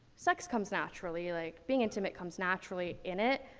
sex comes naturally, like, being intimate comes naturally in it,